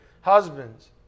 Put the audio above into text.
Husbands